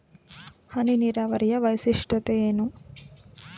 ಹನಿ ನೀರಾವರಿಯ ವೈಶಿಷ್ಟ್ಯತೆ ಏನು?